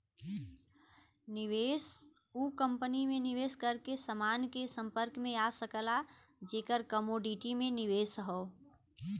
निवेशक उ कंपनी में निवेश करके समान के संपर्क में आ सकला जेकर कमोडिटी में निवेश हौ